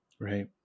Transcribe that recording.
Right